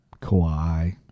Kawhi